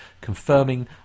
confirming